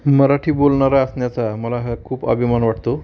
मराठी बोलणारा असण्याचा मला हा खूप अभिमान वाटतो